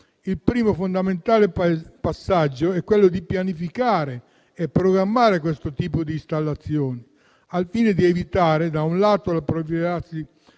Il primo fondamentale passaggio è quello di pianificare e programmare questo tipo di installazioni, al fine di evitare di compromettere